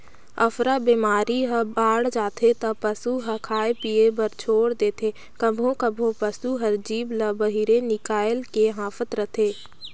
अफरा बेमारी ह बाड़ जाथे त पसू ह खाए पिए बर छोर देथे, कभों कभों पसू हर जीभ ल बहिरे निकायल के हांफत रथे